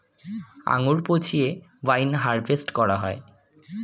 আঙ্গুর পচিয়ে wine harvest করা হয়